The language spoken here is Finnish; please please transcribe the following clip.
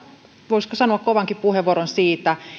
voisiko sanoa kovankin puheenvuoron siitä